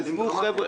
זה הבדלים דרמטיים.